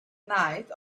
night